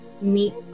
meet